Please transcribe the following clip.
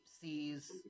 sees